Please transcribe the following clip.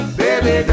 baby